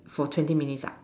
for twenty minutes ah